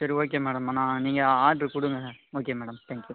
சரி okay madam நான் நீங்கள் ஆட்ரு கொடுங்க ஓகே மேடம் தேங்க்யூ